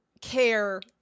care